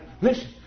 Listen